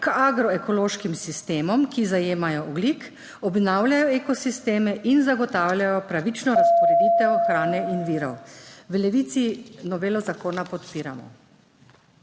k agroekološkim sistemom, ki zajemajo ogljik, obnavljajo ekosisteme in zagotavljajo pravično razporeditev hrane in virov. V Levici novelo zakona podpiramo.